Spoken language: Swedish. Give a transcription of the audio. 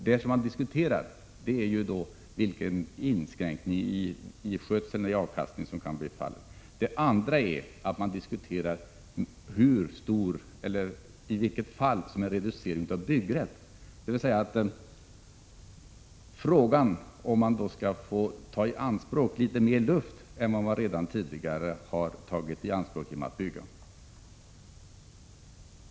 Vad som diskuteras är inskränkning i skötsel eller avkastning samt reducering av byggrätt, dvs. frågan om man skall få ta i anspråk litet mera luft än man tidigare gjort genom att bygga högre eller större byggnader.